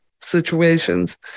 situations